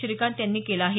श्रीकांत यांनी केलं आहे